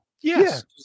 Yes